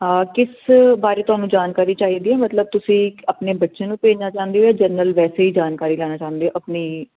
ਹਾਂ ਕਿਸ ਬਾਰੇ ਤੁਹਾਨੂੰ ਜਾਣਕਾਰੀ ਚਾਹੀਦੀ ਹ ਮਤਲਬ ਤੁਸੀਂ ਆਪਣੇ ਬੱਚੇ ਨੂੰ ਭੇਜਣਾ ਚਾਹੁੰਦੇ ਹੋ ਜਨਰਲ ਵੈਸੇ ਹੀ ਜਾਣਕਾਰੀ ਲੈਣਾ ਚਾਹੁੰਦੇ ਹੋ ਆਪਣੀ